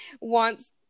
wants